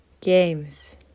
games